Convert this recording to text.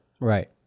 Right